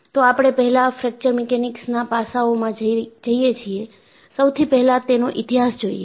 તો આપણે પહેલાં ફ્રેક્ચર મિકેનિક્સ ના પાસાઓમાં જઈએ છીએ સૌથી પહેલા તેનો ઇતિહાસ જોઈએ